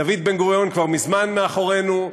דוד בן-גוריון כבר מזמן מאחורינו,